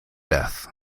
death